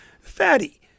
fatty